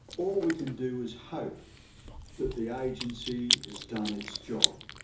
all we can do is hope that the agency has done its job.